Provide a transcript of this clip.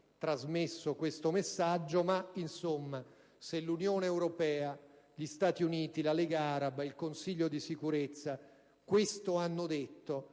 trasmesso questo messaggio. Ma, insomma, se l'Unione europea, gli Stati Uniti, la Lega araba, il Consiglio di sicurezza dell'ONU questo hanno detto,